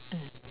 mm